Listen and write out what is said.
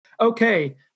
Okay